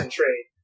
trade